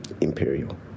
Imperial